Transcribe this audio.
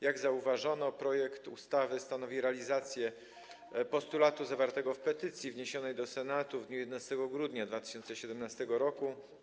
Jak zauważono, projekt ustawy stanowi realizację postulatu zawartego w petycji wniesionej do Senatu w dniu 11 grudnia 2017 r.